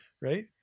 Right